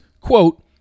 quote